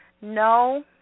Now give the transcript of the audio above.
no